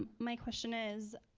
my question is,